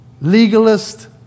legalist